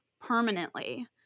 permanently